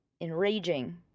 enraging